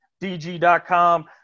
DG.com